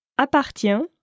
Appartient